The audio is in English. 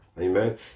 Amen